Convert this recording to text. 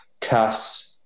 Cass